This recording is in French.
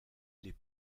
les